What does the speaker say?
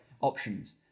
options